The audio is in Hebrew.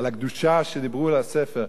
על הקדושה שדיברו על הספר,